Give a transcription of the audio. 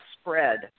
spread